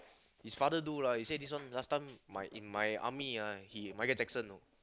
his father do lah he say this one last time my in my army ah he Michael-Jackson you know